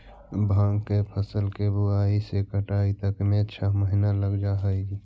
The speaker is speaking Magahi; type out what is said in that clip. भाँग के फसल के बुआई से कटाई तक में छः महीना लग जा हइ